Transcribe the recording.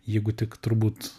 jeigu tik turbūt